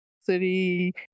city